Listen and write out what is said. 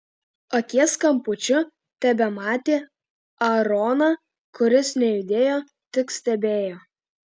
akies kampučiu tebematė aaroną kuris nejudėjo tik stebėjo